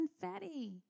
Confetti